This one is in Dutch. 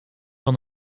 van